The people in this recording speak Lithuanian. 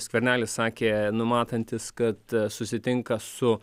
skvernelis sakė numatantis kad susitinka su